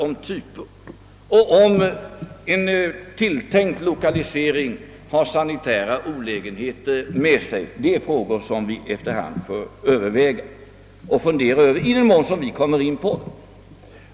Om en tilltänkt lokalisering för sanitära olägenheter med sig är en fråga som vi efter hand får överväga och fundera över i den mån vi kommer in på det.